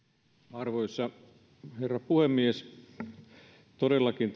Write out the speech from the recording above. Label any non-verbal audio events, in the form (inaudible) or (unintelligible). arvoisa herra puhemies todellakin (unintelligible)